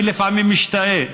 אני לפעמים משתאה,